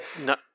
No